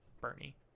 Bernie